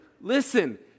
Listen